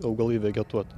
augalai vegetuot